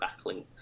backlinks